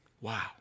Wow